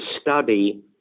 study